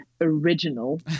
original